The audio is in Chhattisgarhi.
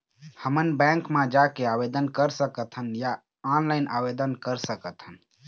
हमन बैंक मा जाके आवेदन कर सकथन या ऑनलाइन आवेदन कर सकथन?